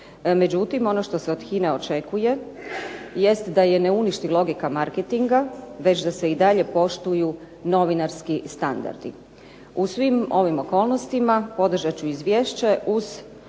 međutim ono što se od HINA-e očekuje jest da je ne uništi logika marketinga, već da se i dalje poštuju novinarski standardi. U svim ovim okolnostima podržat ću izvješće uz